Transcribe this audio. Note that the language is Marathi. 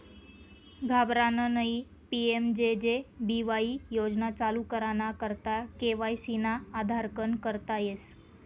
घाबरानं नयी पी.एम.जे.जे बीवाई योजना चालू कराना करता के.वाय.सी ना आधारकन करता येस